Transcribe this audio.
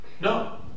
no